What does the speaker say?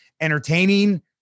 entertaining